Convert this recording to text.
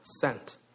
sent